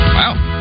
wow